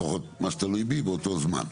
לפחות מה שתלוי בי באותו זמן.